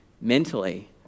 mentally